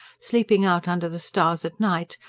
sleeping out under the stars at night,